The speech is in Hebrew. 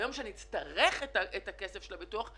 ביום שאני אצטרך את הכסף של הביטוח,